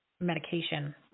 medication